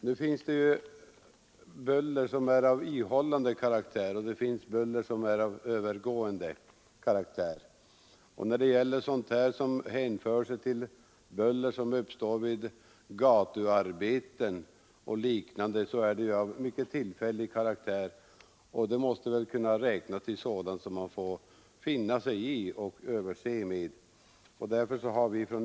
Nu finns det ju buller som är av ihållande karaktär och buller som är av övergående karaktär. Sådant buller som uppstår vid gatuarbeten och liknande är ju av mycket tillfällig karaktär och måste väl kunna räknas till sådant som man får finna sig i och överse med.